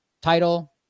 title